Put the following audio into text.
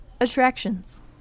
attractions